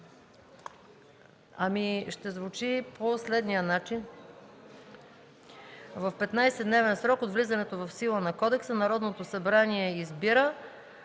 Ще звучи по следния начин: в 15-дневен срок от влизането в сила на кодекса Народното събрание избира,